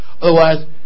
Otherwise